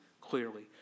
clearly